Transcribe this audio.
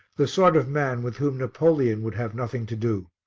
the sort of man with whom napoleon would have nothing to do.